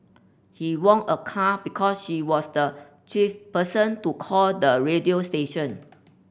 he won a car because she was the twelfth person to call the radio station